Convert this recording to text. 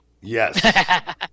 Yes